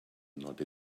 not